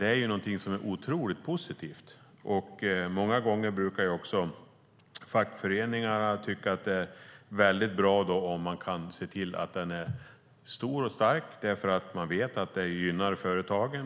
är någonting otroligt positivt. Många gånger brukar också fackföreningarna tycka att det är mycket bra om man ser till att den är stor och stark eftersom de vet att det gynnar företagen.